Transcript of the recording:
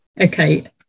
Okay